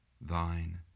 thine